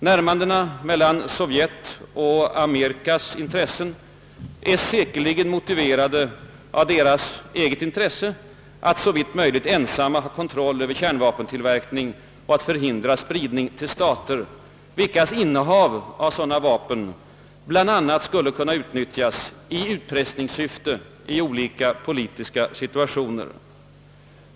Närmandena mellan sovjetiska och amerikanska intressen är säkerligen motiverade av dessa länders intresse att såvitt möjligt ensamma ha kontroll över kärnvapenutvecklingen och förhindra spridning till stater, vilkas innehav av sådana vapen skulle kunna utnyttjas bl.a. i utpressningssyfte i skilda politiska situationer.